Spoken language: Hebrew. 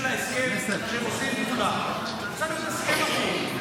ההסכם שעושים עם כולם --- הסכם אחיד.